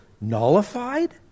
nullified